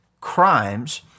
crimes